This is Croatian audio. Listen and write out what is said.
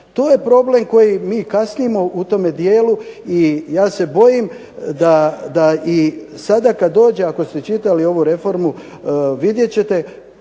To je problem koji mi kasnimo u tome dijelu, i ja se bojim da i sada kad dođe ako ste čitali ovu reformu vidjet ćete